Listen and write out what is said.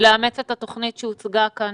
לאמץ את התוכנית שהוצגה כאן